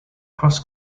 cross